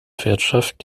wirtschaft